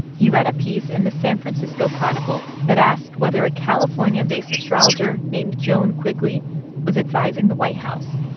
he read a piece in the san francisco chronicle that asked whether a california-based astrologer named joan quigley was advising the white house.